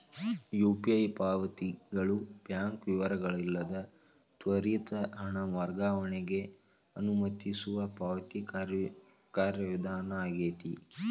UPI ಪಾವತಿಗಳು bank ವಿವರಗಳಿಲ್ಲದ ತ್ವರಿತ ಹಣ ವರ್ಗಾವಣೆಗ ಅನುಮತಿಸುವ ಪಾವತಿ ಕಾರ್ಯವಿಧಾನ ಆಗೆತಿ